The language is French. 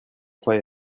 croyait